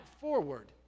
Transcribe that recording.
forward